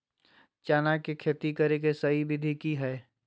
चना के खेती करे के सही विधि की हय?